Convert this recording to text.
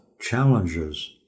challenges